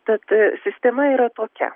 tad sistema yra tokia